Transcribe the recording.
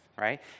right